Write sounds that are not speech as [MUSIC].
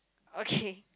okay [NOISE]